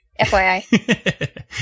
FYI